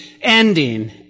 ending